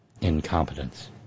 incompetence